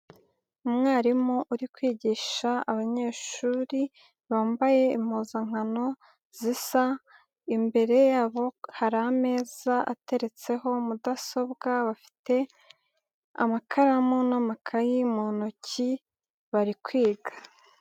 Umwarimu uri kwigisha abanyeshuri bambaye impuzankano zisa, imbere yabo hari ameza ateretseho mudasobwa, bafite amakaramu n'amakayi mu ntoki bari kwiga.